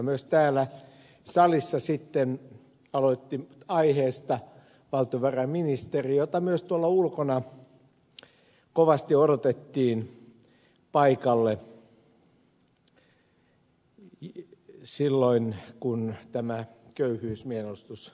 myös täällä salissa aloitti aiheesta valtiovarainministeri jota myös tuolla ulkona kovasti odotettiin paikalle silloin kun tämä köyhyysmielenosoitus oli